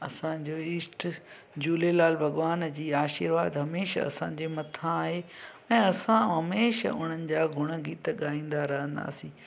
असांजो ईष्ट झूलेलाल भगवान जी आशीर्वाद हमेशह असांजे मथां आहे ऐं असां हमेशह हुणनि जा गुण गीत गाईंदा रहंदासीं